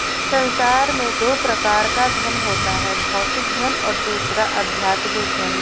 संसार में दो प्रकार का धन होता है भौतिक धन और दूसरा आध्यात्मिक धन